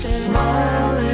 smile